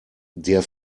der